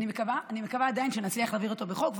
אני מקווה עדיין שנצליח להעביר אותו בחוק,